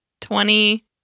Twenty